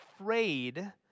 afraid